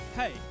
Hey